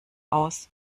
aus